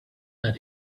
that